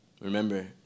Remember